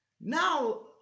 Now